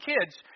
kids